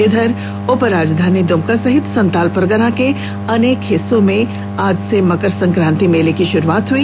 उधर उपराजधानी दुमका सहित संताल परगना के अनेक हिस्सों में आज से मकर संक्रांति मेला की शुरुआत हुई